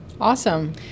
Awesome